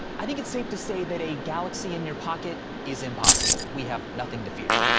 i think it's safe to say that a galaxy in your pocket is impossible. we have nothing to fear.